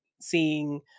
seeing